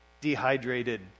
dehydrated